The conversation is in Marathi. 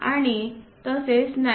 आणि तसेच 19